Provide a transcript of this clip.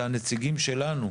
אלה נציגים שלנו.